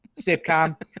sitcom